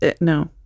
no